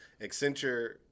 Accenture